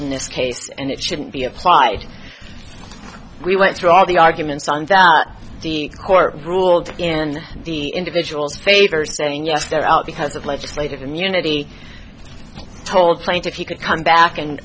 in this case and it shouldn't be applied we went through all the arguments and court ruled in the individuals favor saying yes they're out because of legislative immunity told plaintiff you could come back and